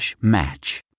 match